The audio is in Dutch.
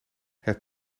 het